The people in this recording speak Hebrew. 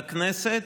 לכנסת,